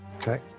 Okay